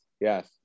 Yes